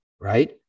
right